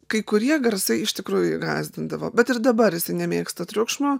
kai kurie garsai iš tikrųjų gąsdindavo bet ir dabar jisai nemėgsta triukšmo